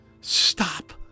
Stop